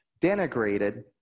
denigrated